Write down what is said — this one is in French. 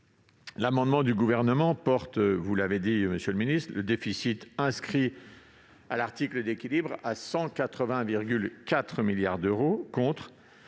L'amendement du Gouvernement porte- vous l'avez dit, monsieur le ministre -le déficit inscrit à l'article d'équilibre à 180,4 milliards d'euros, contre